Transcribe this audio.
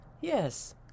yes